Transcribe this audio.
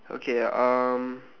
okay um